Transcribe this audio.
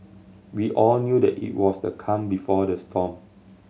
we all knew that it was the calm before the storm